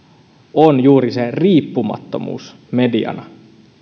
on juuri se riippumattomuus mediana